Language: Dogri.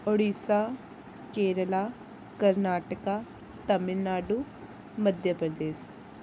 उडिसा केरला कर्नाटका तमिलनाड़ू मघ्य प्रदेश